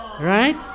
Right